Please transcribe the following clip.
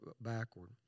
backward